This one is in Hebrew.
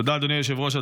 אדוני היושב-ראש.